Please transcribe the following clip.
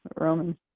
Roman